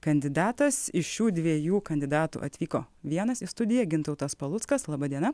kandidatas iš šių dviejų kandidatų atvyko vienas į studiją gintautas paluckas laba diena